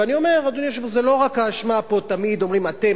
ותמיד אומרים: אתם,